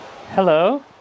Hello